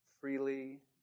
freely